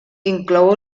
inclou